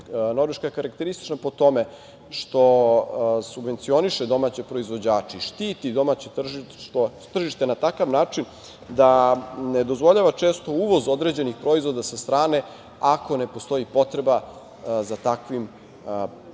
Norveška je karakteristična po tome što subvencioniše domaće proizvođače i štiti domaće tržište na takav način da ne dozvoljava često uvoz određenih proizvoda sa strane ako ne postoji potreba za takvim proizvodima